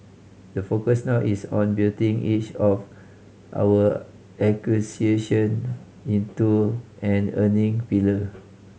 the focus now is on building each of our acquisition into an earning pillar